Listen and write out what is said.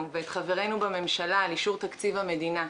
ואת חברינו בממשלה על אישור תקציב המדינה.